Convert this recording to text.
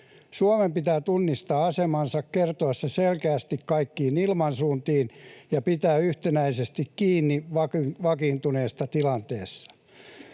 Suomen pitää tunnistaa asemansa, kertoa se selkeästi kaikkiin ilmansuuntiin ja pitää yhtenäisesti kiinni vakiintuneesta tilanteesta.